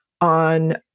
on